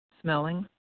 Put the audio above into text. smelling